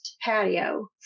patio